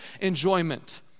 enjoyment